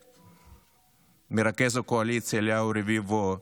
למרכז הקואליציה אליהו רביבו,